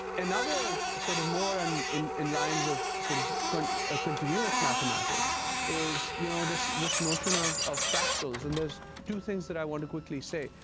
another sort of more and in in lines of sort of kind of ah continuous mathematics is you know this this notion of of fractals. and there's two things that i want to quickly say.